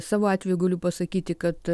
savo atveju galiu pasakyti kad